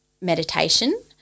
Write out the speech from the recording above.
meditation